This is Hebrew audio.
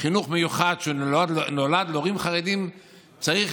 חינוך מיוחד שנולד להורים חרדים צריך